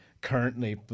currently